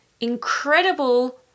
incredible